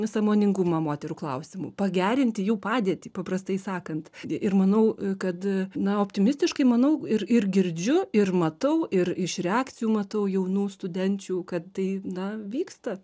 sąmoningumą moterų klausimu pagerinti jų padėtį paprastai sakant ir manau kad na optimistiškai manau ir ir girdžiu ir matau ir iš reakcijų matau jaunų studenčių kad tai na vyksta